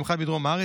במיוחד בדרום הארץ.